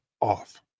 off